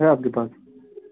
ہے آپ کے پاس